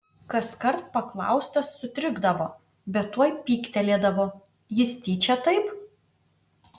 kaskart paklaustas sutrikdavo bet tuoj pyktelėdavo jis tyčia taip